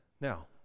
Now